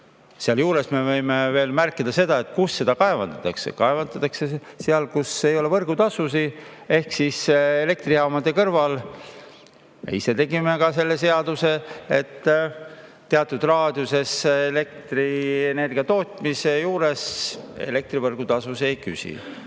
Sealjuures me võime veel märkida seda, kus seda kaevandatakse. Kaevandatakse seal, kus ei ole võrgutasusid, ehk elektrijaamade kõrval. Me ise tegime selle seaduse[sätte], et teatud raadiuses elektrienergia tootmisest elektrivõrgutasusid ei küsita.